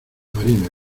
marina